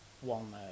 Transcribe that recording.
one